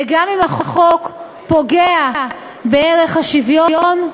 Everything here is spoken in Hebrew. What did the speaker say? וגם אם החוק פוגע בערך השוויון,